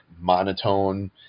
monotone